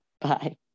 Bye